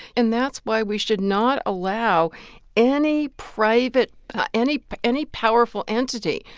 and that's why we should not allow any private any any powerful entity,